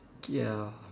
ya